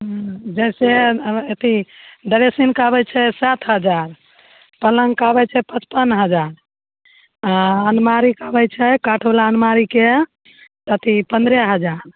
हूँ जैसे अथी डरेसिनके आबै छै सात हजार पलङ्गके आबै छै पचपन हजार आ अलमारीके आबै छै काठ बाला अलमारीके अथी पन्द्रह हजार